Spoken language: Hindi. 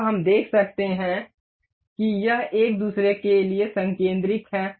अब हम देख सकते हैं कि यह एक दूसरे के लिए संकिंद्रिक है